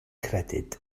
credyd